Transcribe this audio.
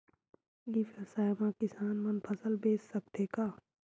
ई व्यवसाय म किसान मन फसल बेच सकथे का?